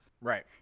Right